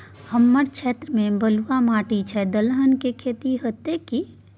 हमर क्षेत्र में बलुआ माटी छै, दलहन के खेती होतै कि?